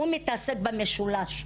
הוא מתעסק במשולש.